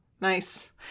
nice